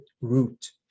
root